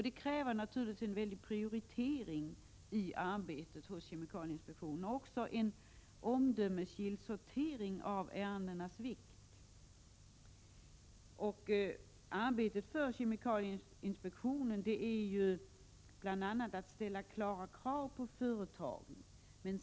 Detta kräver naturligtvis en omdömesgill prioritering med hänsyn till de olika ärendenas vikt. I inspektionens uppgifter ingår bl.a. att ställa klara krav på företagen.